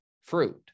fruit